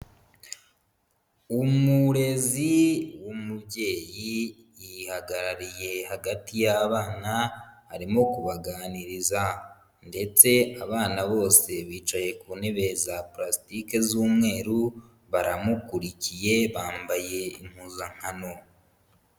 Umurezi w'umubyeyi yihagarariye hagati y'abana, arimo kubaganiriza, ndetse abana bose bicaye ku ntebe za plastique z'umweru, baramukurikiye bambaye impuzankano.